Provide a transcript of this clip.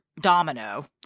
domino